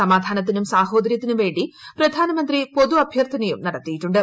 സമാധാനത്തിനും സാഹോദര്യത്തിനും വേണ്ടി പ്രധാനമന്ത്രി പൊതു അഭ്യർത്ഥനയും നടത്തിയിട്ടുണ്ട്